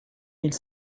mille